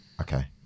Okay